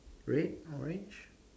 red orange